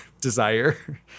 desire